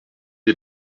les